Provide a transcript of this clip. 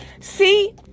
See